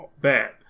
bad